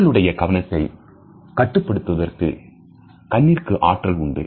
மக்களினுடைய கவனத்தை கட்டுப்படுத்துவதற்கு கண்ணிற்கு ஆற்றல் உண்டு